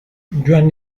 joan